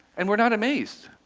and we're not amazed.